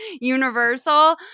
universal